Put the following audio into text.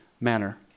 manner